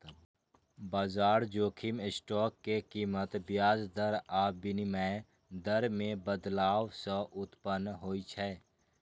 बाजार जोखिम स्टॉक के कीमत, ब्याज दर आ विनिमय दर मे बदलाव सं उत्पन्न होइ छै